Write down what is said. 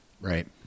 right